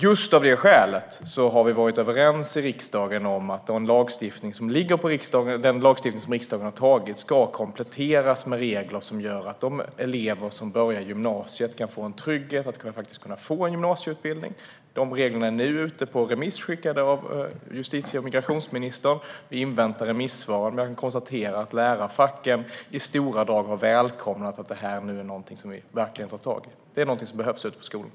Just av det skälet har vi varit överens i riksdagen om att den lagstiftning som riksdagen har fattat beslut om ska kompletteras med regler som gör att de elever som börjar gymnasiet kan få tryggheten i att kunna få en gymnasieutbildning. Dessa regler är nu ute på remiss, skickade av justitie och migrationsministern. Vi inväntar remissvaren, men vi kan konstatera att lärarfacken i stora drag har välkomnat att vi verkligen tar tag i detta. Det är något som behövs ute på skolorna.